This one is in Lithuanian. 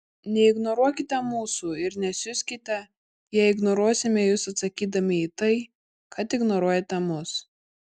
neignoruokite mūsų ir nesiuskite jei ignoruosime jus atsakydami į tai kad ignoruojate mus